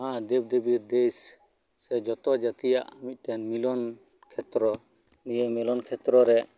ᱫᱮᱵᱽᱼ ᱫᱮᱵᱤᱨ ᱫᱮᱥ ᱥᱮ ᱡᱚᱛᱚ ᱡᱟᱛᱤᱭᱟᱜ ᱢᱤᱜᱴᱮᱱ ᱢᱤᱞᱚᱱ ᱠᱷᱮᱛᱨᱚ ᱱᱤᱭᱟᱹ ᱢᱤᱞᱚᱱ ᱠᱷᱮᱛᱨᱚ ᱨᱮ